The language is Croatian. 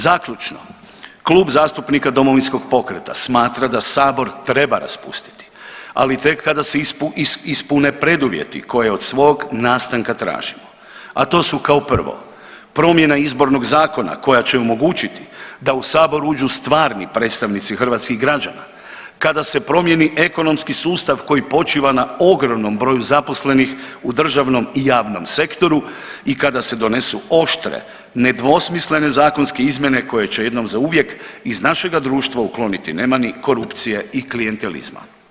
Zaključno, Klub zastupnika Domovinskog pokreta smatra da sabor treba raspustiti, ali tek kada se ispune preduvjeti koje od svog nastanka tražimo, a to su kao prvo, promjena izbornog zakona koja će omogućiti da u sabor uđu stvarni predstavnici hrvatskih građana, kada se promijeni ekonomski sustav koji počiva na ogromnom broju zaposlenih u državnom i javnom sektoru i kada se donosu oštre i nedvosmislene zakonske izmjene koje će jednom zauvijek iz našega društva ukloniti nemani korupcije i klijentelizma.